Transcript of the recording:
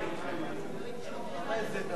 על